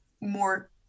more